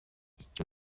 icyo